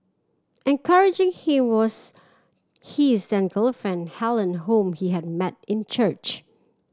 encouraging him was he is then girlfriend Helen whom he had met in church